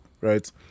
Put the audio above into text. right